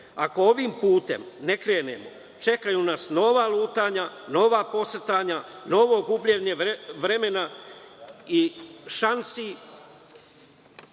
ovim putem ne krenemo, čekaju nas nova lutanja, nova posrtanja, novo gubljenje vremena i Srbija